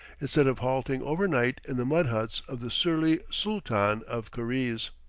instead of halting overnight in the mud huts of the surly sooltan of karize.